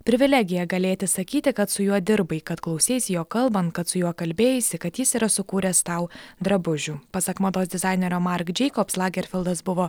privilegija galėti sakyti kad su juo dirbai kad klauseisi jo kalbant kad su juo kalbėjaisi kad jis yra sukūręs tau drabužių pasak mados dizainerio mark džeikobs lagerfeldas buvo